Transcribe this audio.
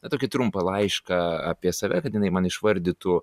na tokį trumpą laišką apie save kad jinai man išvardytų